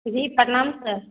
जी प्रणाम सर